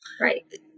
Right